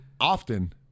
often